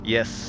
Yes